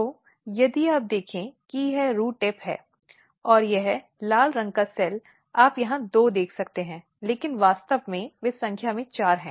तो यदि आप देखें कि यह रूट टिप है और यह लाल रंग का सेल आप यहां दो देख सकते हैं लेकिन वास्तव में वे संख्या में चार हैं